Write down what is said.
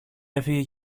έφυγε